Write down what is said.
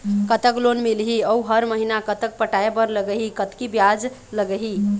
कतक लोन मिलही अऊ हर महीना कतक पटाए बर लगही, कतकी ब्याज लगही?